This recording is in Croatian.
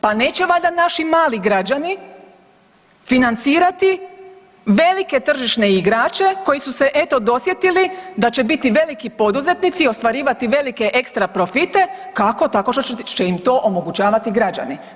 Pa neće valjda naši mali građani financirati velike tržišne igrače koji su se eto dosjetili da će biti veliki poduzetnici i ostvarivati velike ekstra profite, kako, tako što će im to omogućavati građani.